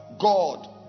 God